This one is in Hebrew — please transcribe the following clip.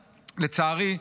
לצערי,